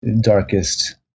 darkest